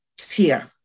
fear